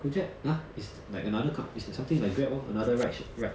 Gojek !huh! is like another com~ is like something like Grab lor another ride sh~ ride